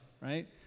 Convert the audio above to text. right